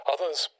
Others